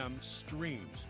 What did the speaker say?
streams